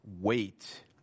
wait